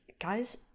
guys